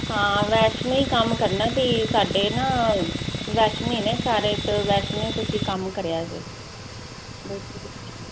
ਹਾਂ ਵੈਸ਼ ਨਹੀਂ ਕੰਮ ਕਰਨਾ ਤੇ ਸਾਡੇ ਨਾ ਵੈਸ਼ਨੂੰ ਨੇ ਸਾਰੇ ਤੇ ਵੈਸ਼ਨੂੰ ਤੁਸੀਂ ਕੰਮ ਕਰਿਆ ਜੇ